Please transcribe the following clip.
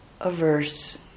averse